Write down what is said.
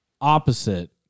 opposite